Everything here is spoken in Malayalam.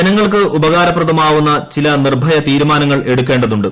ജനങ്ങൾക്ക് ഉപകാരപ്രദമാകുന്ന ചില നിർഭയ തീരുമാനങ്ങൾ എടുക്കേണ്ടതുണ്ട്